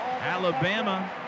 Alabama